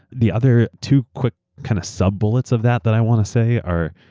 the other two quick kind of sub-bullets of that that i want to say are,